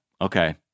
Okay